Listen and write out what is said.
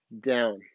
down